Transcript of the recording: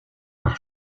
par